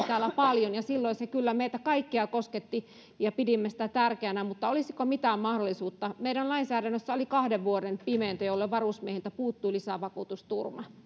täällä paljon ja silloin se kyllä meitä kaikkia kosketti ja pidimme sitä tärkeänä mutta olisiko mitään mahdollisuutta meidän lainsäädännössämme oli kahden vuoden pimento jolloin varusmiehiltä puuttui lisävakuutusturva